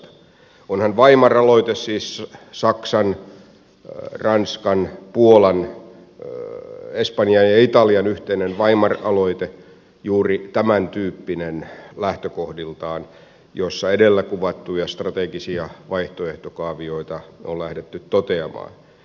onhan weimar aloite siis saksan ranskan puolan espanjan ja italian yhteinen weimar aloite juuri tämän tyyppinen lähtökohdiltaan ja siinä edellä kuvattuja strategisia vaihtoehtokaavioita on lähdetty toteamaan